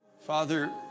Father